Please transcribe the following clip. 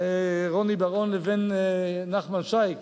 רוני בר-און לבין נחמן שי,